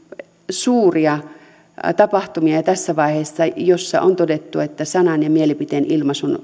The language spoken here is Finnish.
suuria tapahtumia jo tässä vaiheessa joissa on todettu että sanan ja mielipiteen ilmaisun